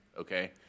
Okay